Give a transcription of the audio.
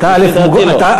לא,